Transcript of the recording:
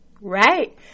Right